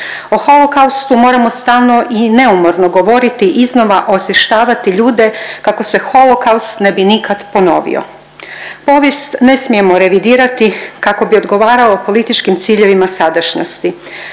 O holokaustu moramo stalno i neumorno govoriti iznova, osvještavati ljude kako se holokaust ne bi nikada ponovio. Povijest ne smijemo revidirati kako bi odgovarao političkim ciljevima sadašnjosti.